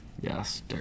Yes